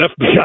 FBI